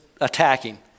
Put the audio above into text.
attacking